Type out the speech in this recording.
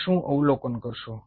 તમે શું અવલોકન કરશો